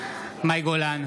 מאי גולן,